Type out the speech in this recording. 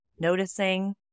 noticing